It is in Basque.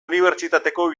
unibertsitateko